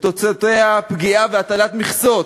שתוצאותיה פגיעה והטלת מכסות,